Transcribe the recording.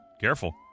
Careful